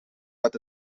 dat